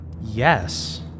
Yes